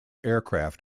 aircraft